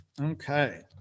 Okay